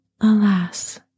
Alas